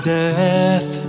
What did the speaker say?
death